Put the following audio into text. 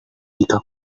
jika